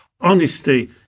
honesty